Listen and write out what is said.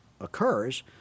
occurs